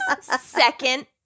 second